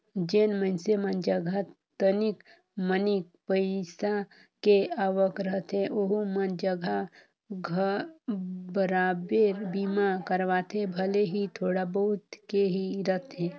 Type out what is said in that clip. जेन मइनसे मन जघा तनिक मनिक पईसा के आवक रहथे ओहू मन घला बराबेर बीमा करवाथे भले ही थोड़ा बहुत के ही रहें